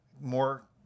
more